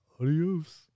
Adios